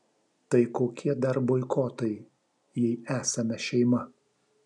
tai kokie dar boikotai jei esame šeima